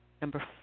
number